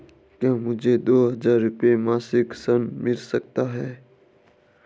क्या मुझे दो हज़ार रुपये मासिक ऋण मिल सकता है?